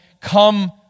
come